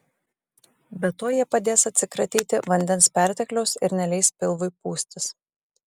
be to jie padės atsikratyti vandens pertekliaus ir neleis pilvui pūstis